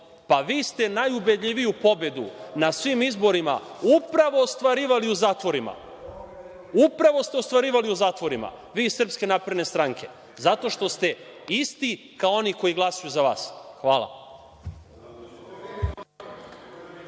Pa, vi ste najubedljiviju pobedu na svim izborima upravo ostvarivali u zatvorima. Upravo ste ostvarivali u zatvorima vi iz SNS zato što ste isti kao oni koji glasaju za vas. Hvala.